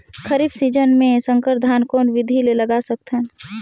खरीफ season मे संकर धान कोन विधि ले लगा सकथन?